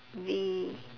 we